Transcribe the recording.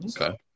Okay